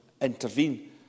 intervene